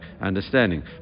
understanding